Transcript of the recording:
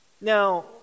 Now